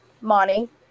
Monty